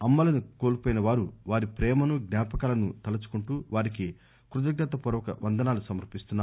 అమ్మలను కోల్పోయిన వారు వారి ప్రేమను జ్ఞాపకాలను తలుచుకుంటూ వారికి కృతజ్ఞత పూర్వక వందనాలు సమర్పిస్తున్నారు